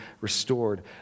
restored